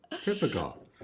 Typical